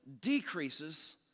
decreases